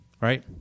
right